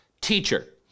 teacher